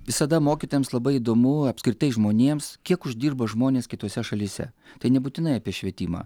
visada mokytojams labai įdomu apskritai žmonėms kiek uždirba žmonės kitose šalyse tai nebūtinai apie švietimą